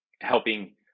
helping